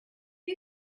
you